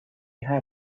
had